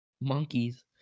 Monkeys